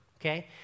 okay